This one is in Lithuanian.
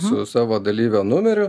su savo dalyvio numeriu